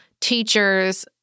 teachers